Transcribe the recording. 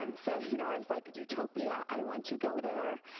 um so you know i was like utopia, i want to go there.